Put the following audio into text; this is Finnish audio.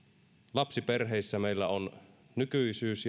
lapsiperheissä meillä on nykyisyys